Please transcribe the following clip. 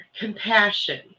compassion